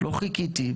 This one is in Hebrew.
לא חיכיתי.